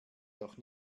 doch